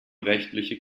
rechtliche